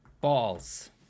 Balls